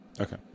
Okay